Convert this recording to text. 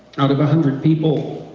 out of a hundred people,